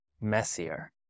messier